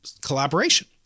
collaboration